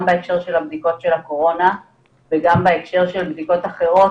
גם בהקשר של הבדיקות של הקורונה וגם בהקשר של בדיקות אחרות